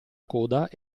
coda